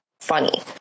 funny